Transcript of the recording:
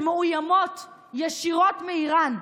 שמאוימות ישירות מאיראן,